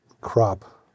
Crop